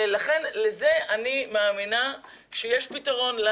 לזה אני מאמינה שיש פתרון.